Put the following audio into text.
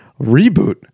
reboot